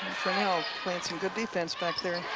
playing and good defense backthere.